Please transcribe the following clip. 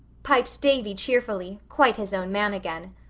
piped davy cheerfully, quite his own man again.